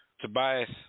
Tobias